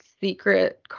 secret